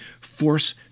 force